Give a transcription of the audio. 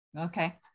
Okay